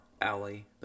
alley